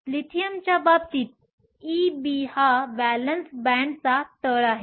लिथियमच्या बाबतीत EB हा valence बँडचा तळ आहे